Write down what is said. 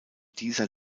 dieser